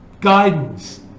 guidance